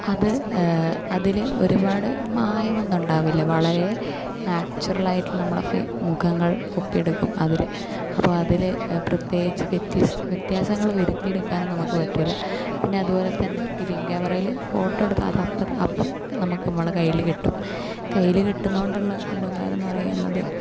അത് അതിൽ ഒരുപാട് മായമൊന്നും ഉണ്ടാവില്ല വളരെ നാച്ചുറൽ ആയിട്ട് നമ്മളൊക്കെ മുഖങ്ങൾ ഒപ്പിയെടുക്കും അതിൽ അപ്പോൾ അതിൽ പ്രത്യേകിച്ച് വ്യത്യാസ വ്യത്യാസങ്ങൾ വരുത്തിയെടുക്കാനും നമുക്ക് പറ്റില്ല പിന്നെ അതുപോലെ തന്നെ ഫിലിം ക്യാമറയിൽ ഫോട്ടോ എടുത്താൽ അത് അപ്പോൾ അപ്പം നമുക്ക് കൈയിൽ കിട്ടും കൈയിൽ കിട്ടുന്നതു കൊണ്ടുള്ള ഉപകാരം എന്നു പറയുന്നത്